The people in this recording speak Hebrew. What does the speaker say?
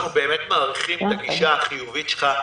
אנחנו באמת מעריכים את הגישה החיובית שלך.